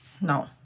No